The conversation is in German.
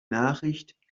nachricht